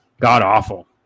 god-awful